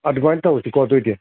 ꯑꯗꯨꯃꯥꯏꯅ ꯇꯧꯔꯁꯤꯀꯣ ꯑꯗꯨꯑꯣꯏꯗꯤ